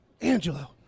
Angelo